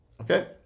Okay